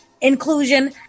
inclusion